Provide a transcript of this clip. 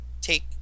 take